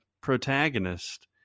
protagonist